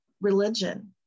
religion